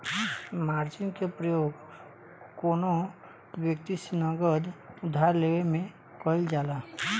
margin के प्रयोग कौनो व्यक्ति से नगद उधार लेवे में कईल जाला